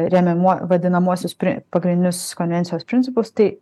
remiamuo vadinamuosius pagrindinius konvencijos principus tai